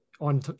on